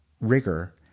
rigor